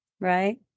right